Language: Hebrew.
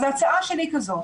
אז ההצעה שלי היא כזו,